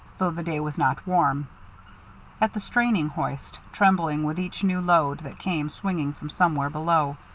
though the day was not warm at the straining hoist, trembling with each new load that came swinging from somewhere below,